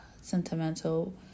sentimental